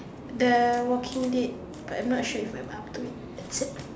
the walking dead but I'm not sure if I'm up to it